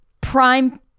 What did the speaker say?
prime